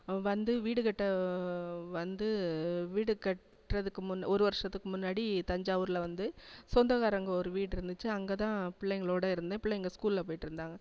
வந்து வீடு கட்ட வந்து வீடு கட்டுறதுத்துக்கு முன் ஒரு வருஷத்துக்கு முன்னாடி தஞ்சாவூரில் வந்து சொந்தக்காரவங்க ஒரு வீடு இருந்துச்சு அங்கேதான் பிள்ளைங்களோட இருந்தேன் பிள்ளைங்கள் ஸ்கூலில் போயிட்டுருந்தாங்க